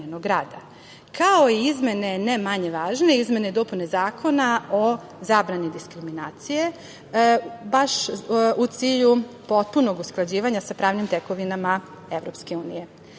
kao i izmene ne manje važne, izmene i dopune Zakona o zabrani diskriminacije, baš u cilju potpunog usklađivanja sa pravnim tekovinama EU.